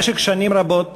במשך שנים רבות